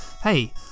Hey